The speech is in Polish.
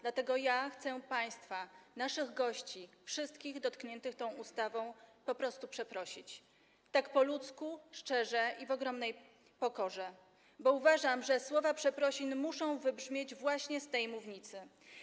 Dlatego ja chcę państwa, naszych gości, wszystkich dotkniętych tą ustawą po prostu przeprosić, tak po ludzku, szczerze i w ogromnej pokorze, bo uważam, że słowa przeprosin muszą wybrzmieć właśnie z tej mównicy.